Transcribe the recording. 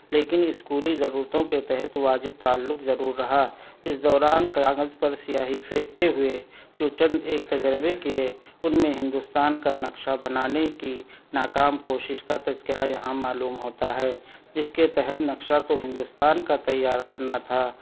لیکن اسکولی ضرورتوں کے تحت واجب تعلق ضرور رہا اِس دوران کاغذ پر سیاہی پھینکتے ہوئے جو چند ایک تجربے کیے اُن میں ہندوستان کا نقشہ بنانے کی ناکام کوشش کا تذکرہ یہاں معلوم ہوتا ہے جس کے تحت نقشہ تو ہندوستان کا تیار کرنا تھا